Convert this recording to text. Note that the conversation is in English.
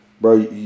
bro